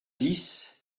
dix